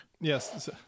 Yes